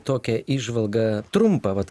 tokią įžvalgą trumpą vat